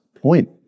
point